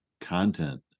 content